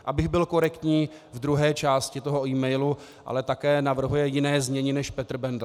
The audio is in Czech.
Abych byl korektní, v druhé části toho emailu, ale také navrhuje jiné znění než Petr Bendl.